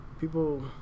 People